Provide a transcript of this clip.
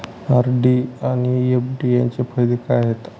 RD आणि FD यांचे फायदे काय आहेत?